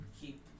keep